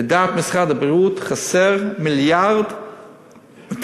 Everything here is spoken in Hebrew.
לדעת משרד הבריאות חסר 1.2 מיליארד שקל.